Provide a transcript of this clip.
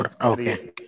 Okay